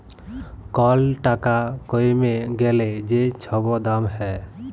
call টাকা কইমে গ্যালে যে ছব দাম হ্যয়